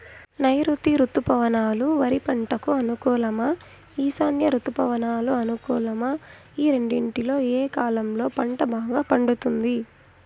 నైరుతి రుతుపవనాలు వరి పంటకు అనుకూలమా ఈశాన్య రుతుపవన అనుకూలమా ఈ రెండింటిలో ఏ కాలంలో పంట బాగా పండుతుంది?